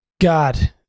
God